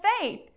faith